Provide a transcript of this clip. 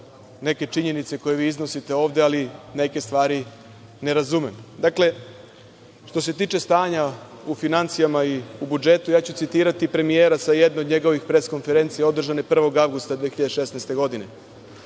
neke činjenice koje vi iznosite ovde, ali neke stvari ne razumem. Dakle, što se tiče stanja u finansijama i budžetu, ja ću citirati premijera sa jedne od njegovih pres konferencija održane 1. avgusta 2016. godine.